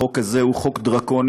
החוק הזה הוא חוק דרקוני,